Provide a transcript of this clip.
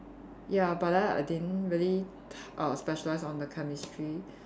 ya but then I didn't really uh specialise on the Chemistry